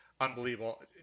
unbelievable